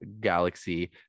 Galaxy